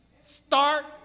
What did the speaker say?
start